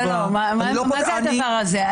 לא, לא, מה זה הדבר הזה?